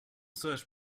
search